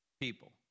people